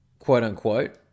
quote-unquote